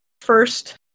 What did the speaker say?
first